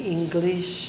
English